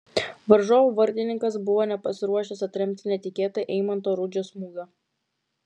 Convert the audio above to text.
varžovų vartininkas buvo nepasiruošęs atremti netikėtą eimanto rudžio smūgio